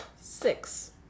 six